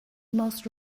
most